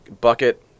Bucket